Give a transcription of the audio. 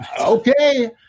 okay